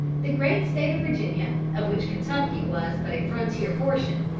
the great state of virginia, of which kentucky was but a frontier portion,